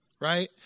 right